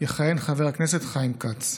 יכהן חבר הכנסת חיים כץ.